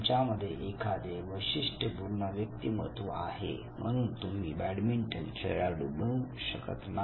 तुमच्यामध्ये एखादे वैशिष्ट्यपूर्ण व्यक्तिमत्व आहे म्हणून तुम्ही बॅडमिंटन खेळाडू बनू शकत नाही